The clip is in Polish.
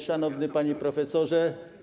Szanowny Panie Profesorze!